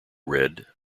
red